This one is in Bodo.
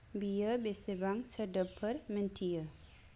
बेयो बेसेबां सोदोबफोर मोनथियो